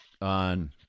on